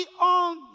on